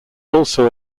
also